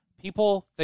People